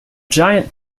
giant